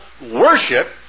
worship